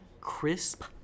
Crisp